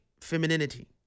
femininity